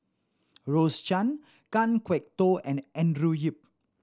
Rose Chan Kan Kwok Toh and Andrew Yip